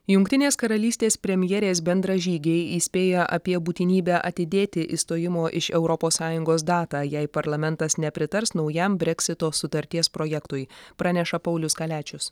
jungtinės karalystės premjerės bendražygiai įspėja apie būtinybę atidėti išstojimo iš europos sąjungos datą jei parlamentas nepritars naujam breksito sutarties projektui praneša paulius kaliačius